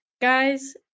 guys